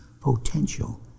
potential